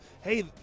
hey